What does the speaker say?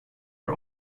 are